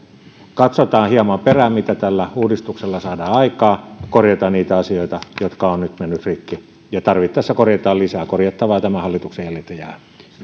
katsotaan hieman perään mitä tällä uudistuksella saadaan aikaan ja korjataan niitä asioita jotka ovat nyt menneet rikki ja tarvittaessa korjataan lisää korjattavaa tämän hallituksen jäljiltä jää